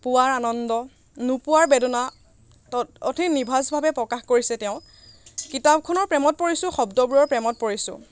পোৱাৰ আনন্দ নোপোৱাৰ বেদনা অতি নিভাঁজভাৱে প্ৰকাশ কৰিছে তেওঁ কিতাপখনৰ প্ৰেমত পৰিছোঁ শব্দবোৰৰ প্ৰেমত পৰিছোঁ